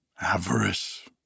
Avarice